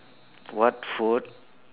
what food